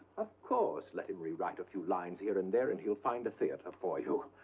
of course. let him rewrite a few lines here and there, and he'll find a theater for you.